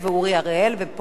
ופה אני חותמת את הרשימה.